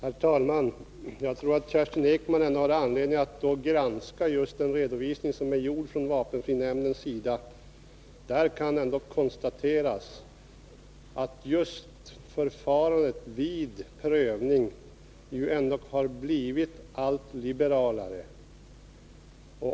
Nr 46 Herr talman! Jag tror att Kerstin Ekman har anledning att granska den Torsdagen den redovisning som gjorts från vapenfrinämndens sida. Där kan konstateras att 9 december 1982 just förfarandet vid prövning har blivit allt liberalare.